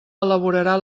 elaborarà